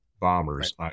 bombers